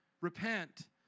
Repent